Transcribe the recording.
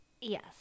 yes